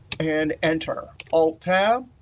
and enter, alt-tab.